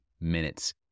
minutes